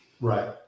Right